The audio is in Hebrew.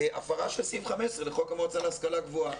הפרה של סעיף 15 לחוק המועצה להשכלה גבוהה.